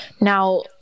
Now